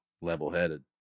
level-headed